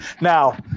Now